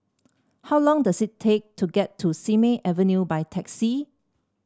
how long does it take to get to Simei Avenue by taxi